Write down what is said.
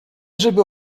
żeby